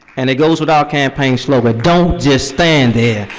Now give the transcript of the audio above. and it goes with our campaign slogan, don't just stand there,